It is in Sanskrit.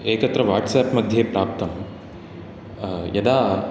एकत्र वाट्स्याप् मध्ये प्राप्तं यदा